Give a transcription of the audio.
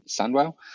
Sandwell